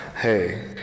hey